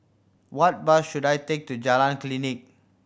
what bus should I take to Jalan Klinik